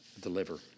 deliver